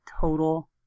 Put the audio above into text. total